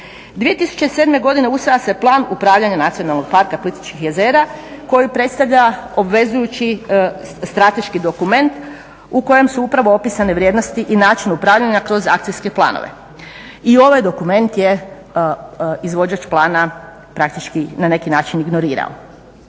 2007. godine usvaja se Plan upravljanja nacionalnog parka Plitvička jezera koju predstavlja obvezujući strateški dokument u kojem su upravo opisane vrijednost i način upravljanja kroz akcijske planove. I ovaj dokument izvođač plana praktičko na neki način ignorirao.